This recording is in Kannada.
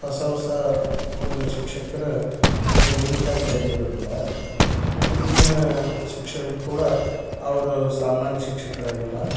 ಹೊಸ ಹೊಸ ಒಂದು ಶಿಕ್ಷಕರ ಒಂದು ನೇಮಕಾತಿ ಆಗಿರುದರಿಂದ ಈಗಿನ ಶಿಕ್ಷಕ ಕೂಡ ಅವರು ಸಾಮಾನ್ಯ ಶಿಕ್ಷಕರು ಆಗಿಲ್ಲ